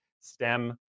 stem